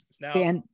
Now